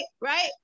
Right